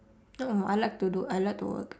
no I like to do I like to work